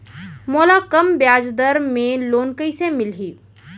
मोला कम ब्याजदर में लोन कइसे मिलही?